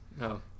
No